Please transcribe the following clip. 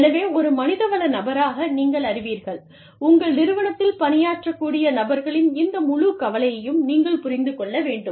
எனவே ஒரு மனிதவள நபராக நீங்கள் அறிவீர்கள் உங்கள் நிறுவனத்தில் பணியாற்றக்கூடிய நபர்களின் இந்த முழு கலவையையும் நீங்கள் புரிந்து கொள்ள வேண்டும்